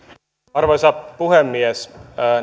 arvoisa puhemies nämä